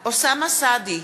אוסאמה סעדי,